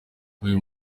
uyu